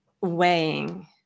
weighing